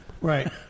Right